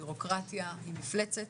ביורוקרטיה היא מפלצת